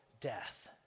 death